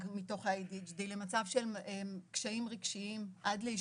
מתוך ה-ADHD למצב של קשיים רגשיים עד לאשפוז,